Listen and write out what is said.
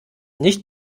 nicht